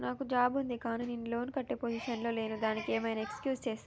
నాకు జాబ్ ఉంది కానీ నేను లోన్ కట్టే పొజిషన్ లా లేను దానికి ఏం ఐనా ఎక్స్క్యూజ్ చేస్తరా?